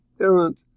errant